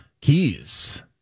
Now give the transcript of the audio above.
Keys